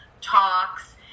talks